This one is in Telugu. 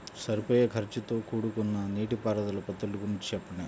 సరిపోయే ఖర్చుతో కూడుకున్న నీటిపారుదల పద్ధతుల గురించి చెప్పండి?